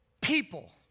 people